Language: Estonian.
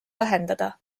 vähendada